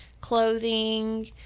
clothing